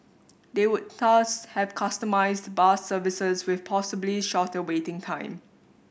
they would thus have customised bus services with possibly shorter waiting time